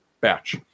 batch